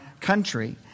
country